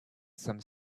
some